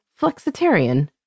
flexitarian